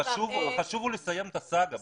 חשוב לסיים את הסאגה.